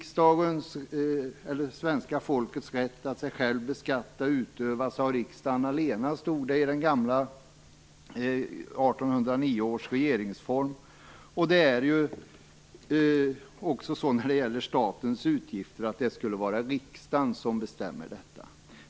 Svenska folkets rätt att sig själv beskatta utövas av riksdagen allena, stod det i 1809 års regeringsform, och det skall ju också vara riksdagen som fattar beslut om statens utgifter.